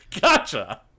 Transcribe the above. Gotcha